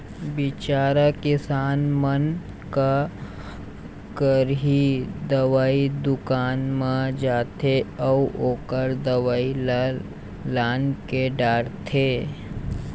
बिचारा किसान मन का करही, दवई दुकान म जाथे अउ ओखर दवई ल लानके डारथे